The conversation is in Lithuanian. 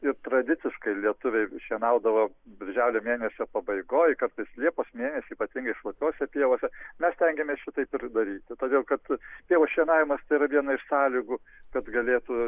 ir tradiciškai lietuviai šienaudavo birželio mėnesio pabaigoje kartais liepos mėnesį ypatingai šlapiose pievose mes stengiamės šitaip ir daryti todėl kad pievų šienavimas yra viena iš sąlygų kad galėtų